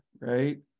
right